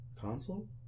Console